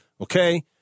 okay